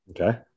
Okay